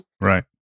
Right